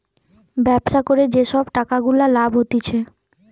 ব্যবসা করে যে সব টাকা গুলা লাভ হতিছে